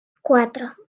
quatre